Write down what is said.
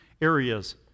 areas